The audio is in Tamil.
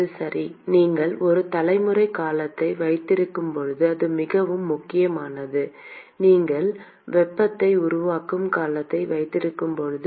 அது சரி நீங்கள் ஒரு தலைமுறை காலத்தை வைத்திருக்கும்போது இது மிகவும் முக்கியமானது நீங்கள் வெப்பத்தை உருவாக்கும் காலத்தை வைத்திருக்கும்போது